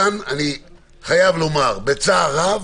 כאן, לצערי הרב,